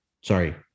Sorry